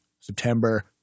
September